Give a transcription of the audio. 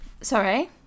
Sorry